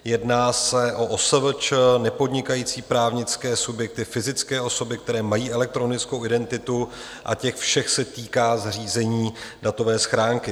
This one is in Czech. Jedná se o OSVČ, nepodnikající právnické subjekty, fyzické osoby, které mají elektronickou identitu, a těch všech se týká zřízení datové schránky.